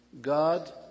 God